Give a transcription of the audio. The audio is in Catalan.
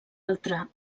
altra